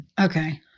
Okay